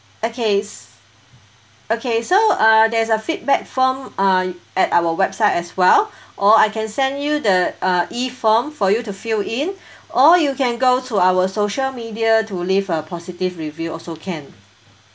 okays okay so uh there's a feedback form uh at our website as well or I can send you the uh E form for you to fill in or you can go to our social media to leave a positive review also can